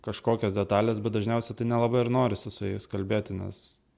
kažkokias detales bet dažniausiai tai nelabai ir norisi su jais kalbėti nes